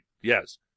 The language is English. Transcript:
yes